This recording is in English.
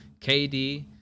KD